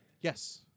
Yes